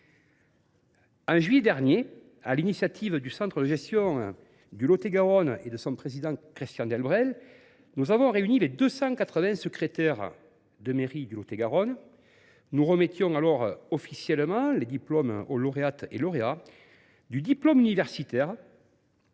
de juillet dernier, sur l’initiative du centre de gestion de Lot et Garonne et de son président Christian Delbrel, nous avons réuni les 280 secrétaires de mairie de Lot et Garonne. Nous remettions alors officiellement les diplômes aux lauréates et lauréats du diplôme universitaire